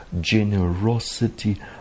generosity